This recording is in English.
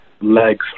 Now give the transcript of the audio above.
legs